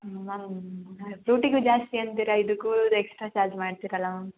ma'am ಫ್ರೂಟಿಗೂ ಜಾಸ್ತಿ ಅಂತೀರಾ ಇದಕ್ಕೂ ಎಕ್ಸ್ಟ್ರಾ ಚಾರ್ಜ್ ಮಾಡ್ತೀರಲ್ಲ ಮ್ಯಾಮ್